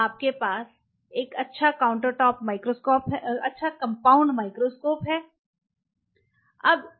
आपके पास एक अच्छा कंपाउंड माइक्रोस्कोप होना चाहिए